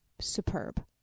superb